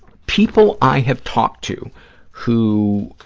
people i have talked to who